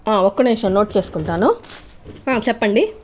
ఒక్క నిమిషం నోట్ చేసుకుంటాను చెప్పండి